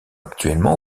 actuellement